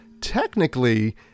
technically